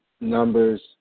numbers